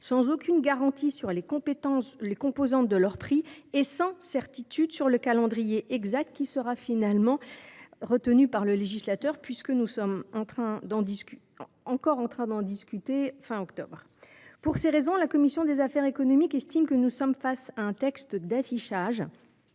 sans aucune garantie sur les composantes de leurs prix et sans certitude sur le calendrier exact qui sera finalement retenu par le législateur, puisque nous sommes encore en train d’en débattre à la fin du mois d’octobre. Pour ces raisons, la commission des affaires économiques estime qu’il s’agit d’un texte d’affichage,